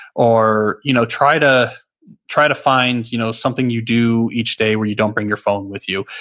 or, you know try to try to find you know something you do each day where you don't bring your phone with you,